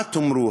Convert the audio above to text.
מה תאמרו,